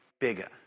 bigger